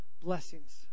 blessings